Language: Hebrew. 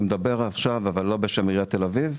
אני מדבר עכשיו לא בשם עיריית תל אביב,